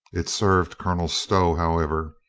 it served colonel stow, however.